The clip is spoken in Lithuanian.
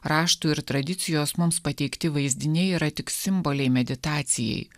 raštų ir tradicijos mums pateikti vaizdiniai yra tik simboliai meditacijai